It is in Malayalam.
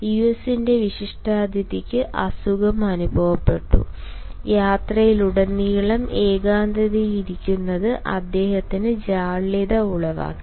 യുഎസിന്റെ വിശിഷ്ടാതിഥിക്ക് അസുഖം അനുഭവപ്പെട്ടു യാത്രയിലുടനീളം ഏകാന്തതയിൽ ഇരിക്കുന്നത് അദ്ദേഹത്തിൽ ജാള്യത ഉളവാക്കി